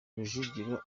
rujugira